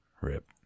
Rip